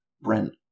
Brent